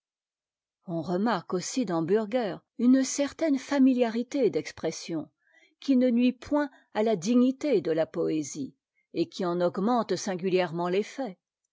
on remarque aussi dans bürger une certaine familiarité d'expressions qui ne nuit point à la dignité de la poésie et qui en augmente singulière